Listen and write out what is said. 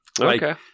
Okay